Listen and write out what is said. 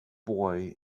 boy